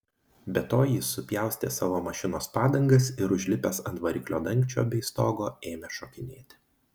be to jis supjaustė savo mašinos padangas ir užlipęs ant variklio dangčio bei stogo ėmė šokinėti